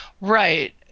right